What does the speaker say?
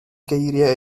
geiriau